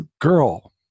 girl